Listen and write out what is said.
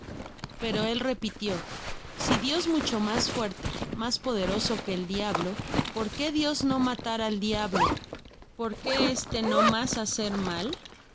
pero él repitió si dios mucho mas fuerte mas poderoso que el diablo por que dios no matar al diahlo por que este no mas hacer mal